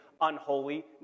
unholy